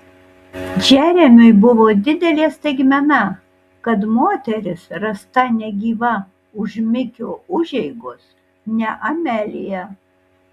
džeremiui buvo didelė staigmena kad moteris rasta negyva už mikio užeigos ne amelija